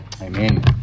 Amen